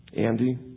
Andy